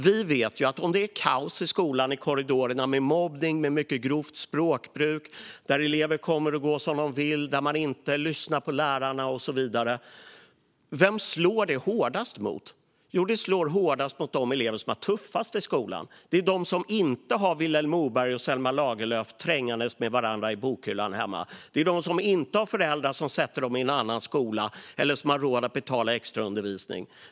Vem slår det hårdast mot om det är kaos i korridorerna i skolan, med mobbning och mycket grovt språkbruk, om elever kommer och går som de vill, om de inte lyssnar på lärarna och så vidare? Jo, det slår hårdast mot de elever som har det tuffast i skolan, som inte har Vilhelm Moberg och Selma Lagerlöf som trängs med varandra i bokhyllan hemma och som inte har föräldrar som sätter dem i en annan skola eller som har råd att betala för extraundervisning.